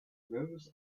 rose